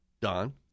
Don